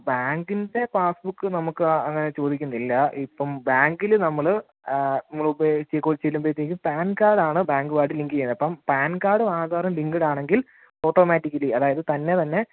ബാങ്കിൻ്റെ പാസ്ബുക്ക് നമുക്ക് അങ്ങനെ ചോദിക്കുന്നില്ല ഇപ്പം ബാങ്കിൽ നമ്മൾ നമ്മൾ ഉപയോഗിച്ച് കുറച്ചെല്ലുമ്പോഴ്ത്തേക്കും പാൻകാർഡാണ് ബാങ്കുവായിട്ട് ലിങ്ക് ചെയ്യുന്നത് അപ്പം പാൻകാർഡും ആധാറും ലിങ്ക്ഡ് ആണെങ്കിൽ ഓട്ടോമാറ്റിക്കലി അതായത് തന്നെ തന്നെ